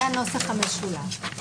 זה הנוסח המשולב.